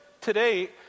today